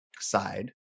side